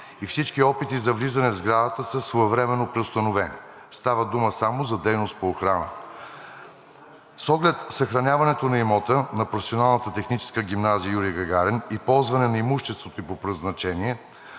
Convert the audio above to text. и всички опити за влизане в сградата са своевременно преустановени. Става дума само за дейност по охрана. С оглед съхраняването на имота на Професионалната гимназия „Юрий Гагарин“ и ползване на имуществото ѝ по предназначение,